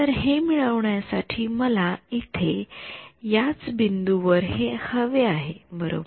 तर हे मिळवण्या साठी मला इथे याच बिंदू वर हे हवे आहे बरोबर